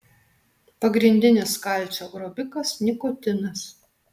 pagrindinis kalcio grobikas nikotinas